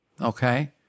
Okay